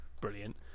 Brilliant